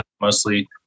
mostly